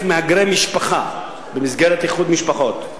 מהגרים משפחה במסגרת איחוד משפחות.